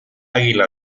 águila